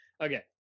okay